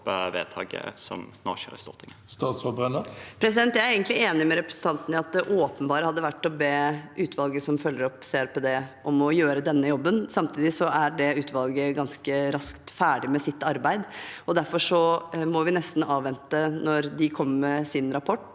vedtaket som nå skjer i Stortinget? Statsråd Tonje Brenna Jeg er egentlig enig med representanten i at det åpenbare hadde vært å be utvalget som følger opp CRPD, om å gjøre denne jobben. Samtidig er det utvalget ganske raskt ferdig med sitt arbeid, og derfor må vi nesten avvente at de kommer med sin rapport,